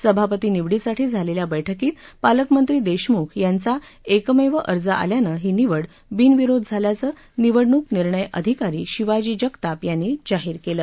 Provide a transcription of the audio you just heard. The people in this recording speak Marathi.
सभापती निवडीसाठी झालेल्या बैठकीत पालकमंत्री देशम्ख यांचा एकमेव अर्ज आल्यानं ही निवड बिनविरोध झाल्याचं निवडणूक निर्णय अधिकारी शिवाजी जगताप यांनी जाहीर केलं